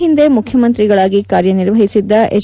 ಹಿಂದೆ ಮುಖ್ಯಮಂತ್ರಿಗಳಾಗಿ ಕಾರ್ಯನಿರ್ವಹಿಸಿದ್ದ ಎಚ್